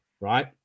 right